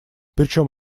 причем